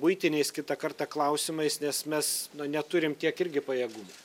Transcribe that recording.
buitiniais kitą kartą klausimais nes mes na neturim tiek irgi pajėgumų